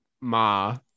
Ma